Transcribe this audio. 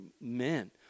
men